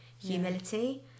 Humility